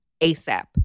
ASAP